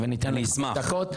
וניתן לו חמש דקות.